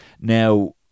Now